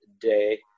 day